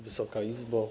Wysoka Izbo!